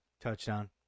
Touchdown